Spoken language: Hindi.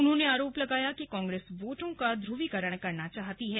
उन्होंने आरोप लगाया कि कांग्रेस वोटों का ध्रुवीकरण करना चाहती है